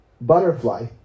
butterfly